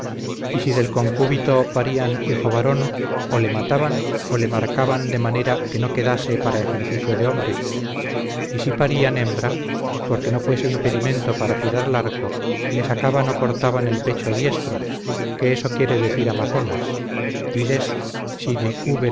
y si del concúbito parían hijo varón o le mataban o le mancaban de manera que no quedase para ejercicio de hombre y si parían hembra porque no fuese impedimento para tirar al arco le sacaban o cortaban el pecho diestro que eso quiere decir amazonas id est sine